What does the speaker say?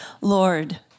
Lord